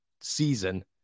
season